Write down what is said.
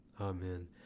Amen